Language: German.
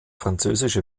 französische